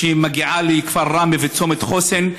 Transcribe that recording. שהיא מגיעה לכפר ראמה וצומת חוסן,